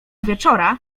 wieczora